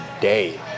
day